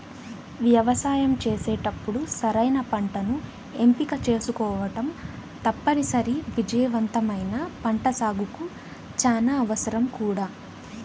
వ్యవసాయం చేసేటప్పుడు సరైన పంటను ఎంపిక చేసుకోవటం తప్పనిసరి, విజయవంతమైన పంటసాగుకు చానా అవసరం కూడా